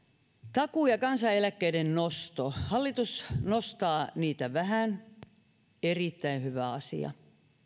takuu ja kansaneläkkeiden nosto hallitus nostaa niitä vähän erittäin hyvä asia